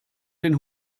den